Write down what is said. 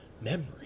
Memory